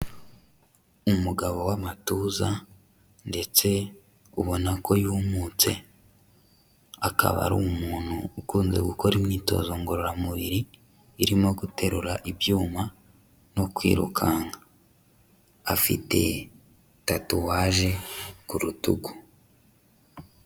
Umugabo w'amatuza ndetse ubona ko yumutse. Akaba ari umuntu ukunze gukora imyitozo ngororamubiri irimo guterura ibyuma no kwirukanka. Afite tatuwaje ku rutugu.